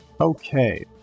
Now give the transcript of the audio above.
Okay